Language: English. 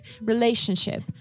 relationship